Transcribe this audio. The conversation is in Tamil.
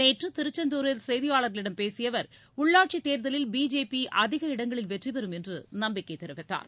நேற்று திருச்செந்தூரில் செய்தியாளர்களிடம் பேசிய அவர் உள்ளாட்சி தேர்தலில் பிஜேபி அதிக இடங்களில் வெற்றிபெறும் என்று நம்பிக்கை தெரிவித்தார்